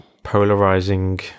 polarizing